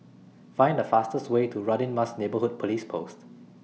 Find The fastest Way to Radin Mas Neighbourhood Police Post